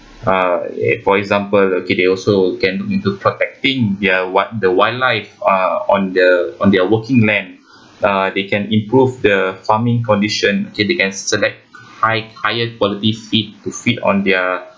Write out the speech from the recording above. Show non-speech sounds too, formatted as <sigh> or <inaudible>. uh it for example okay they also can look into protecting their what the wildlife are on the on their working land <breath> uh they can improve the farming condition K they can select high higher qualities feed to feed on their